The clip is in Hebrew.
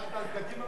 הבטחת על קדימה משהו.